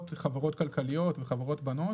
חוק הסיבים וחוק התקשורת כרגע,